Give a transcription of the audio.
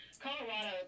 Colorado